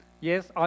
Yes